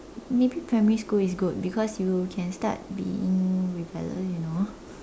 maybe primary school is good because you can start being rebellious you know